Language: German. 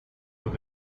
doch